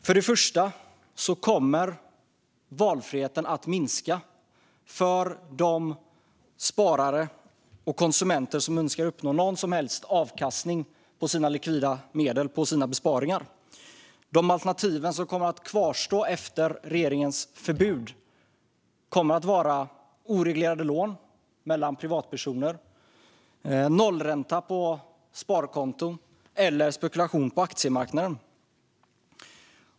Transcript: För det första kommer valfriheten att minska för de sparare och konsumenter som önskar uppnå någon som helst avkastning på sina likvida medel, på sina besparingar. De alternativ som kommer att kvarstå efter regeringens förbud kommer att vara oreglerade lån mellan privatpersoner, nollränta på sparkonton eller spekulation på aktiemarknaden.